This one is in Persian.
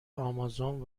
آمازون